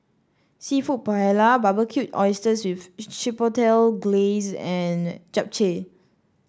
seafood Paella Barbecued Oysters with Chipotle Glaze and Japchae